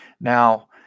Now